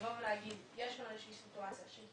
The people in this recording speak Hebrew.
לבוא ולהגיד שיש איזושהי סיטואציה שהיא